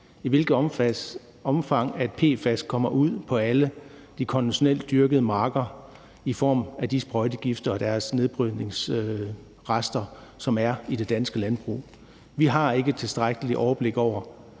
i hvilket omfang PFAS kommer ud på alle de konventionelt dyrkede marker i form af de sprøjtegifter og deres nedbrydningsrester, som er i det danske landbrug. Vi har ikke et tilstrækkeligt overblik over